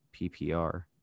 PPR